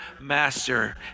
master